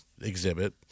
exhibit